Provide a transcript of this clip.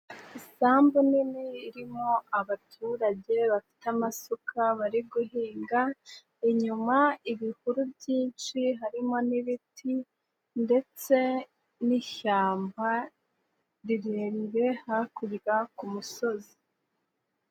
Isambu nini irimo abaturage bafite amasuka, bari guhinga, inyuma, ibihuru byinshi harimo n'ibiti ndetse n'ishyamba rirerire, hakurya ku musozi.